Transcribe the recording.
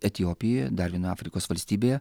etiopijoje dar vienoje afrikos valstybėje